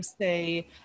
say